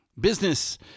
Business